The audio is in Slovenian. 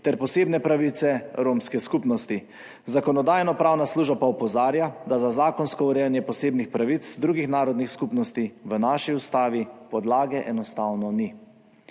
ter posebne pravice romske skupnosti. Zakonodajno-pravna služba pa opozarja, da za zakonsko urejanje posebnih pravic drugih narodnih skupnosti v naši ustavi podlage enostavno ni.